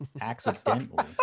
Accidentally